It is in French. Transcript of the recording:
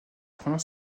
première